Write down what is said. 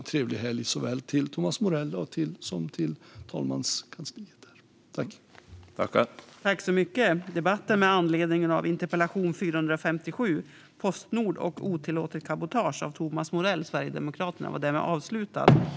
Jag önskar också såväl Thomas Morell som talmanspresidiet en trevlig helg.